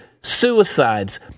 suicides